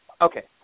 Okay